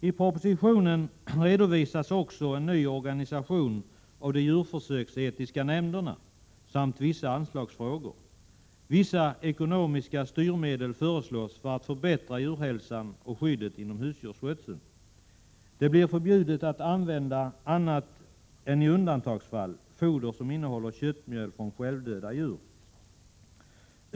I propositionen redovisas också en ny organisation av de djurförsöksetiska nämnderna samt vissa anslagsfrågor. Vissa ekonomiska styrmedel föreslås för att förbättra djurhälsan och skyddet inom husdjursskötseln. Det blir förbjudet att använda, annat än i undantagsfall, foder som innehåller köttmjöl från självdöda djur.